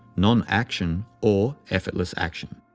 nonaction, or effortless action.